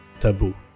taboo